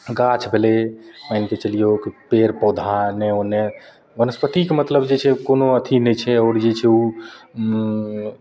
गाछ भेलय मानिके चलियौक पेड़ पौधा एन्ने ओन्ने वनस्पतिक मतलब जे छै ओ कोनो अथी नहि छै आओर जे छै उ